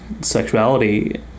sexuality